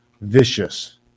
vicious